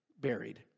buried